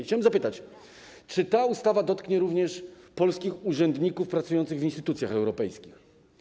Chciałem zapytać, czy ta ustawa dotknie również polskich urzędników pracujących w instytucjach europejskich.